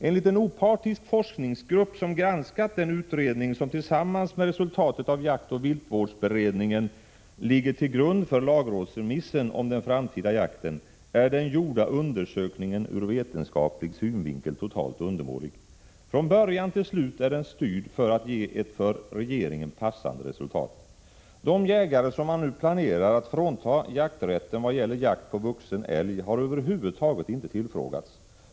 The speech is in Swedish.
Enligt en objektiv forskningsgrupp som granskat det utredningsbetänkande som tillsammans med resultatet av jaktoch viltvårdsberedningen ligger till grund för lagrådsremissen om den framtida jakten är den genomförda undersökningen ur vetenskaplig synvinkel totalt undermålig. Från början till slut är den styrd för att ge ett för regeringen passande resultat. De jägare som man nu planerar att frånta jakträtten vad gäller jakt på vuxen älg har över huvud taget inte tillfrågats.